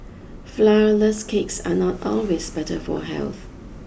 flourless cakes are not always better for health